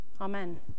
Amen